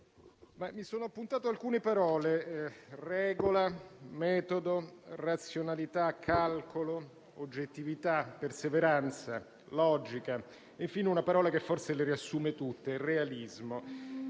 mi sono appuntato alcune parole: regola, metodo, razionalità, calcolo, oggettività, perseveranza e logica; perfino una parola che forse le riassume tutte: realismo.